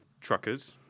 truckers